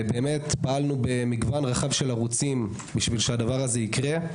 באמת פעלנו במגוון רחב של ערוצים כדי שהדבר הזה יקרה.